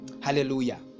Hallelujah